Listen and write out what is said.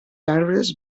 arbres